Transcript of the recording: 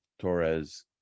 Torres